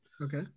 Okay